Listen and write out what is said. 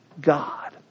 God